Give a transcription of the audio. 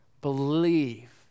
Believe